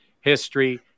history